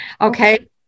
Okay